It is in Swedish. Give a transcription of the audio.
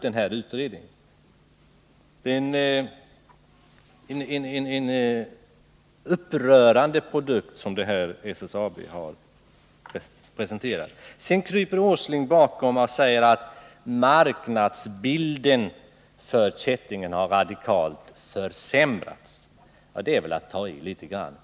Det är en upprörande produkt som SSAB har presenterat. Sedan kryper Nils Åsling bakom argumentet att marknadsbilden för kätting har försämrats radikalt. Det är väl att ta i litet grand!